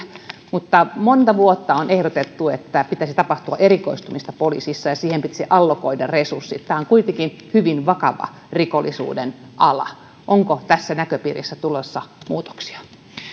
mutta monta vuotta on ehdotettu että pitäisi tapahtua erikoistumista poliisissa ja siihen pitäisi allokoida resurssit tämä on kuitenkin hyvin vakava rikollisuuden ala onko tässä näköpiirissä muutoksia